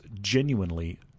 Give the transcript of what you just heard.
genuinely